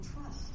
trust